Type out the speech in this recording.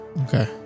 Okay